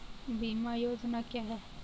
बीमा योजना क्या है?